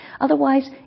Otherwise